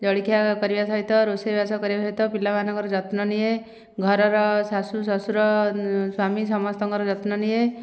ଜଳଖିଆ କରିବା ସହିତ ରୋଷେଇ ବାସ କରିବା ସହିତ ପିଲାମାନଙ୍କର ଯତ୍ନ ନିଏ ଘରର ଶାଶୁ ଶଶୁର ସ୍ଵାମୀ ସମସ୍ତଙ୍କର ଯତ୍ନ ନିଏ